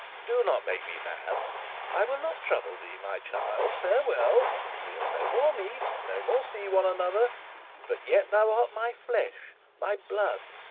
do not make me mad i will not trouble thee, my child farewell we'll no more meet, no more see one another but yet thou art my flesh, my blood,